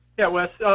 yeah, wes.